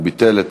הוא ביטל,